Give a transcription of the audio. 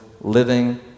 living